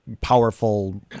powerful